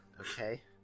Okay